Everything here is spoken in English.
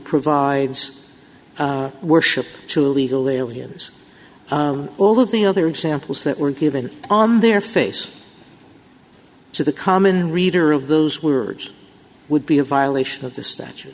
provides worship to illegal aliens all of the other examples that were given on their face so the common reader of those words would be a violation of the statu